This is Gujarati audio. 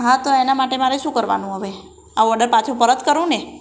હા તો એના માટે મારે શું કરવાનું હવે આ ઓડર પાછો પરત કરું ને